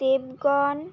দেবগণ